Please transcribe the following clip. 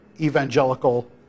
evangelical